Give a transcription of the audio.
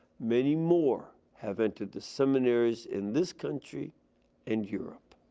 many more have entered the seminaries in this country in europe.